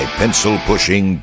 pencil-pushing